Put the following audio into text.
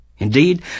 Indeed